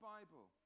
Bible